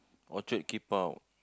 orchard keep out